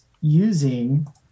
using